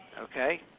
Okay